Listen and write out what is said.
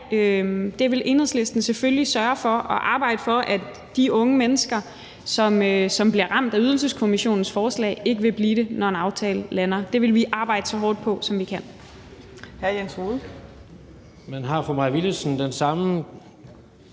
der vil Enhedslisten selvfølgelig sørge for og arbejde for, at de unge mennesker, som bliver omfattet af Ydelseskommissionens forslag, ikke vil blive ramt, når der lander en aftale. Det vil vi arbejde så hårdt på, som vi kan.